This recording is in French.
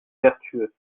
vertueux